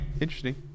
interesting